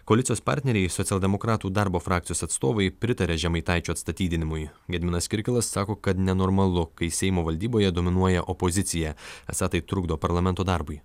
koalicijos partneriai socialdemokratų darbo frakcijos atstovai pritaria žemaitaičio atstatydinimui gediminas kirkilas sako kad nenormalu kai seimo valdyboje dominuoja opozicija esą tai trukdo parlamento darbui